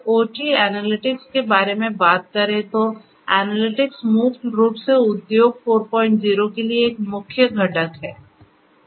IIoT analytics के बारे में बात करें तो एनालिटिक्स मूल रूप से उद्योग 40 के लिए एक मुख्य घटक है